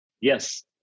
yes